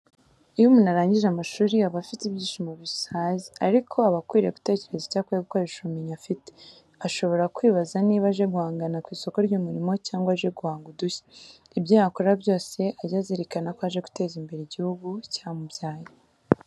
Iyo umuntu arangije amashuri aba afite ibyishimo bisaze, ariko aba akwiriye gutekereza icyo akwiye gukoresha ubumenyi afite. Ashobora kwibaza niba aje guhangana ku isoko ry'umurimo cyangwe aje guhanga udushya. Ibyo yakora byose ajye azirikana ko aje guteza imbere igihugu cyamubyaye.